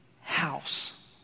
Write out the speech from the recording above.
house